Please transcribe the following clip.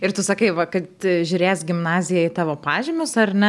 ir tu sakai va kad žiūrės gimnazija į tavo pažymius ar ne